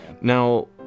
Now